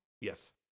yes